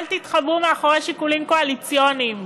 אל תתחבאו מאחורי שיקולים קואליציוניים.